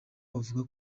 bavuga